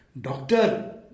doctor